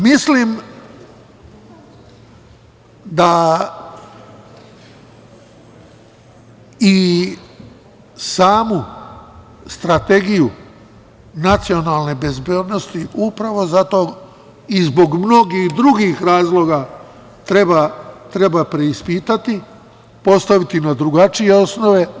Mislim da i samu Strategiju nacionalne bezbednosti upravo zato i zbog mnogih drugih razloga treba preispitati, postaviti na drugačije osnove.